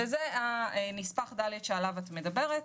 וזה נספח ד' שעליו את מדברת.